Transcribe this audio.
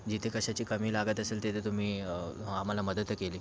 जिथे कशाची कमी लागत असेल तिथे तुम्ही आम्हाला मदत केली